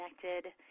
connected